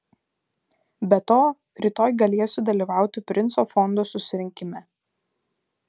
be to rytoj galėsiu dalyvauti princo fondo susirinkime